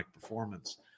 performance